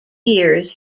years